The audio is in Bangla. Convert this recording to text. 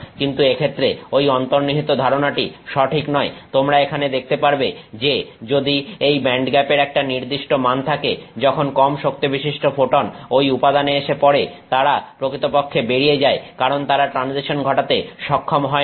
কিন্তু এক্ষেত্রে ঐ অন্তর্নিহিত ধারণাটি সঠিক নয় তোমরা এখানে দেখতে পারবে যে যদি এই ব্যান্ডগ্যাপের একটা নির্দিষ্ট মান থাকে যখন কম শক্তিবিশিষ্ট ফোটন ঐ উপাদানে এসে পড়ে তারা প্রকৃতপক্ষে বেরিয়ে যায় কারণ তারা ট্রানজিশন ঘটাতে সক্ষম হয় না